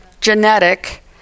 genetic